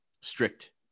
strict